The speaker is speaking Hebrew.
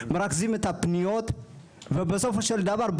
מרכזים את הפניות ובסופו של דבר,